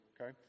okay